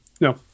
No